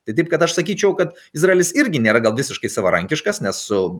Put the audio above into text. tai taip kad aš sakyčiau kad izraelis irgi nėra gal visiškai savarankiškas nes su